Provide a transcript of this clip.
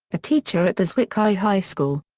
a teacher at the zwickau high high school.